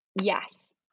Yes